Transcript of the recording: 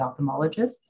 ophthalmologists